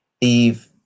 Eve